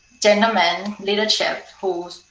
gentlemen leadership who,